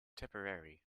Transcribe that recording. tipperary